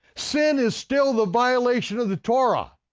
sin is still the violation of the torah.